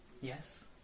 yes